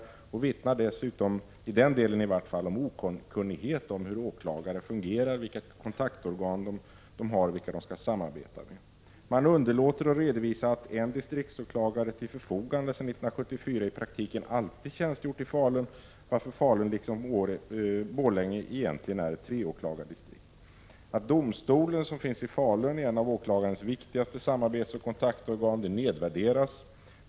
Dessutom vittnar den — i varje fall i denna del — om okunnighet om hur åklagare fungerar, om vilka kontaktorgan de har och om vilka de skall samarbeta med. Man underlåter att redovisa att en distriktsåklagare som stått till förfogande sedan 1974 i praktiken alltid har tjänstgjort i Falun, varför Falun liksom Borlänge egentligen är ett treåklagardistrikt. Det faktum att domstolen, som finns i Falun, är ett av åklagarnas viktigaste samarbetsoch kontaktorgan nedvärderas.